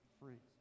free